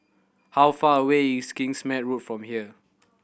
how far away is Kingsmead Road from here